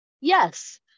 yes